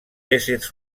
éssers